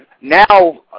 Now